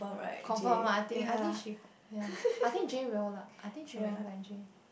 confirm ah I think at least she ya I think J will lah I think she will invite J